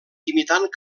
imitant